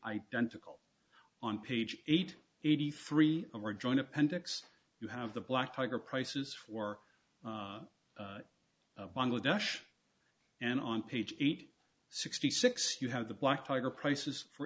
identical on page eight eighty three of our joint appendix you have the black tiger prices for bangladesh and on page eight sixty six you have the black tiger prices for